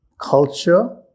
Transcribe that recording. culture